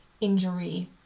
injury